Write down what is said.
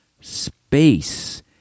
space